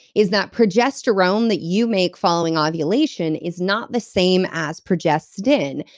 is that progesterone that you make following ovulation is not the same as progestin.